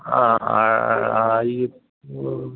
हा